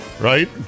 right